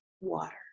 water